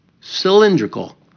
cylindrical